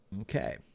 Okay